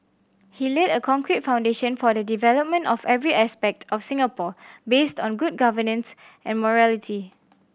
he laid a concrete foundation for the development of every aspect of Singapore based on good governance and morality